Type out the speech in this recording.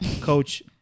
Coach